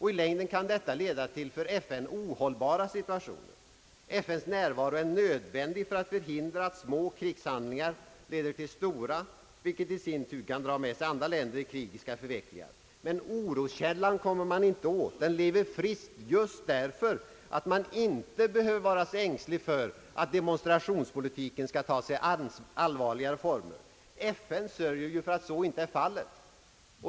I längden kan detta leda till för FN ohållbara situationer. FN:s närvaro är nödvändig för att förhindra att små krigshandlingar leder till stora, vilket i sin tur kan dra med sig andra länder i krigiska förvecklingar, men oroskällan kommer man inte åt. Den lever frisk just därför att man inte behöver vara ängslig för att demonstrationspolitiken skall ta sig allvarliga former. FN sörjer ju för att så inte är fallet.